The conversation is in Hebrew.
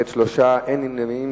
אין נמנעים.